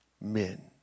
men